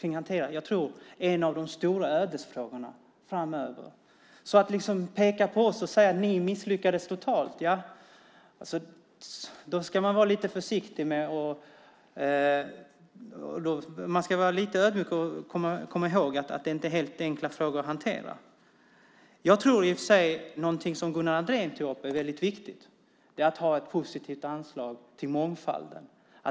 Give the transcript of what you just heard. Det är en av de stora ödesfrågorna framöver. Man pekar på oss och säger: Ni misslyckades totalt. Man ska vara lite ödmjuk och komma ihåg att det inte var helt enkla frågor att hantera. Jag tror i och för sig att något som Gunnar Andrén tog upp är väldigt viktigt. Det är att ha ett positivt anslag till mångfalden.